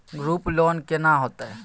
Group loan केना होतै?